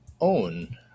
own